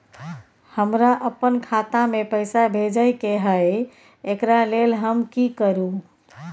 हमरा अपन खाता में पैसा भेजय के है, एकरा लेल हम की करू?